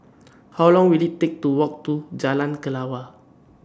How Long Will IT Take to Walk to Jalan Kelawar